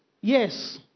Yes